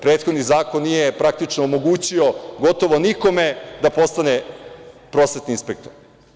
Prethodni zakon nije praktično omogućio gotovo nikome da postane prosvetni inspektor.